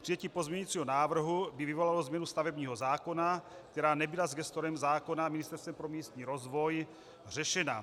Přijetí pozměňujícího návrhu by vyvolalo změnu stavebního zákona, která nebyla s gestorem zákona, Ministerstvem pro místní rozvoj, řešena.